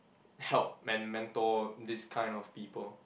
help men~ mentor this kind of people